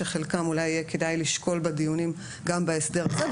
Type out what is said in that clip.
שחלקם אולי יהיה כדאי לשקול בדיונים בהסדר הזה.